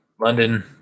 London